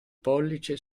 pollice